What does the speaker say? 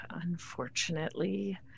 unfortunately